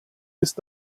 ist